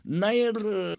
na ir